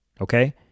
Okay